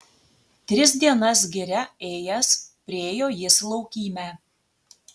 tris dienas giria ėjęs priėjo jis laukymę